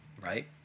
right